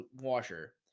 washer